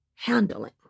Handling